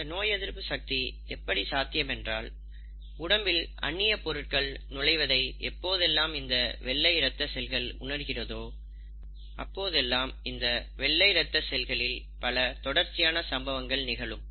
இந்த நோய் எதிர்ப்பு சக்தி எப்படி சாத்தியம் என்றால் உடம்பில் அந்நியப் பொருட்கள் நுழைவதை எப்போதெல்லாம் இந்த வெள்ளை இரத்த செல்கள் உணர்கிறதோ அப்பொழுது இந்த வெள்ளை ரத்த செல்களில் பல தொடர்ச்சியான சம்பவங்கள் நிகழும்